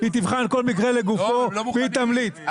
היא תבחן כל מקרה לגופו והיא תמליץ.